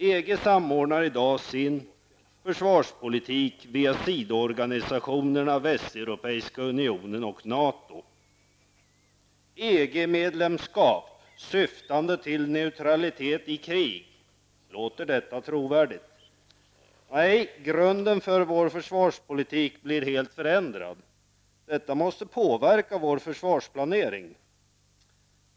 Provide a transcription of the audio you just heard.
EG samordnar i dag sin försvarspolitik via sidoorganisationerna låter detta trovärdigt? Nej, grunden för vår försvarspolitik blir helt förändrad. Detta måste påverka vår försvarsplanering.